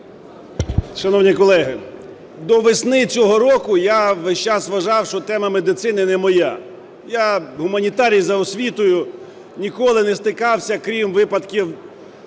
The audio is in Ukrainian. Шановні колеги, до весни цього року я весь час вважав, що тема медицини не моя. Я, гуманітарій за освітою, ніколи не стикався крім випадків